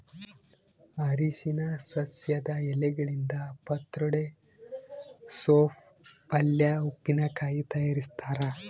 ಅರಿಶಿನ ಸಸ್ಯದ ಎಲೆಗಳಿಂದ ಪತ್ರೊಡೆ ಸೋಪ್ ಪಲ್ಯೆ ಉಪ್ಪಿನಕಾಯಿ ತಯಾರಿಸ್ತಾರ